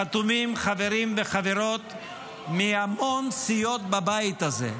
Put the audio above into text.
חתומים חברים וחברות מהמון סיעות בבית הזה,